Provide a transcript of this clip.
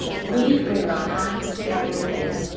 we bring our hands together again,